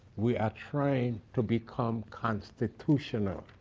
we are trying to become constitutional.